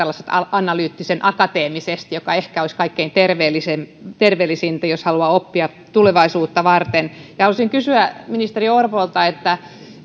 analyyttisen akateemisesti mikä ehkä olisi kaikkein terveellisintä terveellisintä jos haluaa oppia tulevaisuutta varten haluaisin kysyä ministeri orpolta